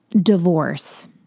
divorce